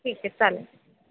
ठीक आहे चालेल